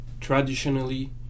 traditionally